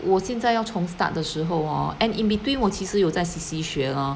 我现在要从 start 的时候 hor and in between 我其实有在 C_C 学 lor